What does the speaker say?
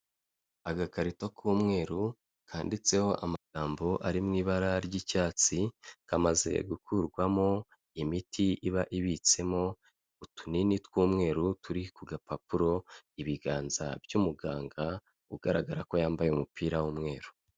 Agakarito k'umweru kanditseho amagambo ari mu ibara ry'icyatsi, kamaze gukurwamo imiti iba ibitsemo utunini tw'umweru turi ku gapapuro, ibiganza by'umuganga ugaragara ko yambaye umupira w'umweru.